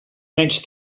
menys